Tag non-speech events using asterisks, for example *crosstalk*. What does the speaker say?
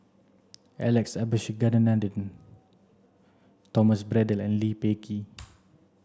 Alex Abisheganaden Thomas Braddell and Lee Peh Gee *noise*